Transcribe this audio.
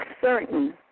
certain